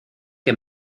que